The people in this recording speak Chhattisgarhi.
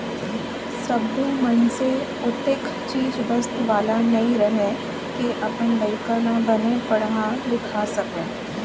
सब्बो मनसे ओतेख चीज बस वाला नइ रहय के अपन लइका ल बने पड़हा लिखा सकय